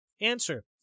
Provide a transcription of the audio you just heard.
Answer